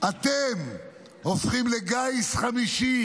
אתם הופכים לגייס חמישי,